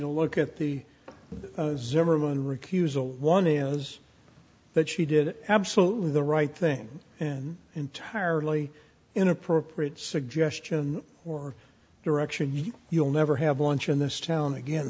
recusal one is that she did absolutely the right thing and entirely inappropriate suggestion or direction you you'll never have lunch in this town again